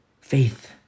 faith